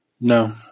No